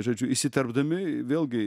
žodžiu įsiterpdami vėlgi